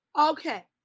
Okay